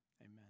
Amen